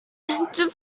just